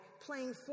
playing